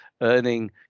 earning